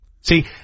See